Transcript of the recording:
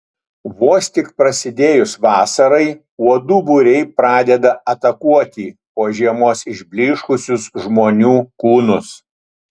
vos tik prasidėjus vasarai uodų būriai pradeda atakuoti po žiemos išblyškusius žmonių kūnus